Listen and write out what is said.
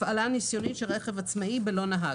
הפעלה ניסיונית של רכב עצמאי בלא נהג